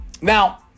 now